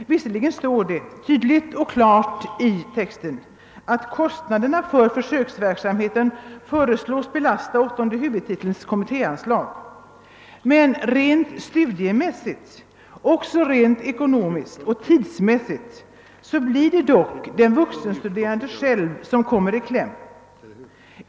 Visserligen står det tydligt och klart att kostnaderna för försöksverksamheten föreslås få belasta åttonde huvudtitelns kommittéanslag. Men studiemässigt och rent ekonomiskt och tidsmässigt blir det dock den vuxenstuderande själv som kommer i kläm.